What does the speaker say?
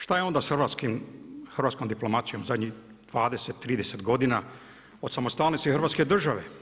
Šta je onda sa hrvatskom diplomacijom, zadnjih 20, 30 godina, od samostalnosti hrvatske države?